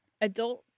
adult